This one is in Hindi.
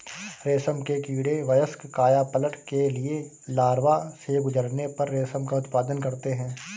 रेशम के कीड़े वयस्क कायापलट के लिए लार्वा से गुजरने पर रेशम का उत्पादन करते हैं